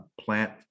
plant